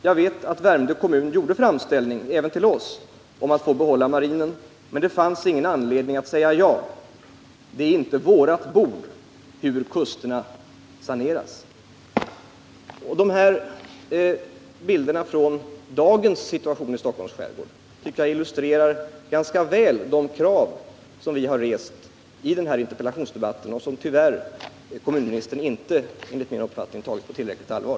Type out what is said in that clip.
Jag vet att Värmdö kommun gjorde framställning även till oss om att få behålla marinen men det fanns ingen anledning att säga ja: det är inte vårat bord hur kusterna saneras.” De här bilderna av dagens situation i Stockholms skärgård illustrerar ganska väl de krav vi har rest i den här interpellationsdebatten och som kommunministern enligt min uppfattning tyvärr inte tagit på tillräckligt allvar.